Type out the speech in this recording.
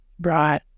Right